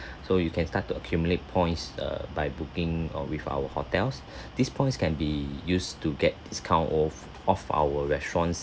so you can start to accumulate points err by booking or with our hotels these points can be used to get discount off of our restaurants